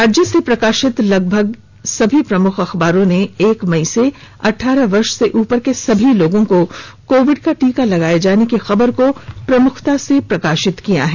राज्य से प्रकाशित सभी प्रमुख अखबारों ने एक मई से अट्ठारह वर्ष से उपर के सभी लोगों को कोविड का टीका लगाए जाने की खबर को प्रमुखता से प्रकाशित किया है